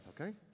okay